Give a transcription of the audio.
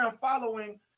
following